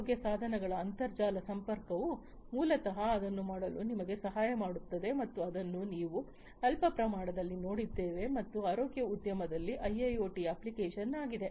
ಆರೋಗ್ಯ ಸಾಧನಗಳ ಅಂತರ್ಜಾಲ ಸಂಪರ್ಕವು ಮೂಲತಃ ಇದನ್ನು ಮಾಡಲು ನಿಮಗೆ ಸಹಾಯ ಮಾಡುತ್ತದೆ ಮತ್ತು ಇದನ್ನು ನಾವು ಅಲ್ಪಪ್ರಮಾಣದಲ್ಲಿ ನೋಡಿದ್ದೇವೆ ಮತ್ತು ಆರೋಗ್ಯ ಉದ್ಯಮದಲ್ಲಿ ಐಐಓಟಿಯ ಅಪ್ಲಿಕೇಶನ್ ಆಗಿದೆ